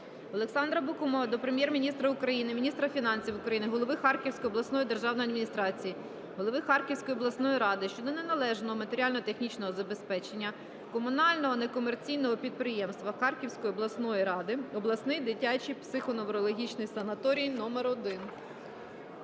Олександра Бакумова до Прем'єр-міністра України, міністра фінансів України, голови Харківської обласної державної адміністрації, голови Харківської обласної ради щодо належного матеріально-технічного забезпечення комунального некомерційного підприємства Харківської обласної ради "Обласний дитячий психоневрологічний санаторій № 1".